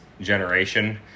generation